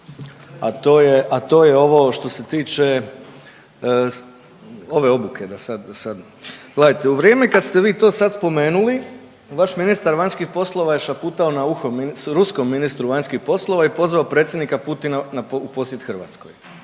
a to je ovo što se tiče ove obuke da sad. Gledajte, u vrijeme kad ste vi to sad spomenuli vaš ministar vanjskih poslova je šaputao na uho ruskom ministru vanjskih poslova i pozvao predsjednika Putina u posjet Hrvatskoj.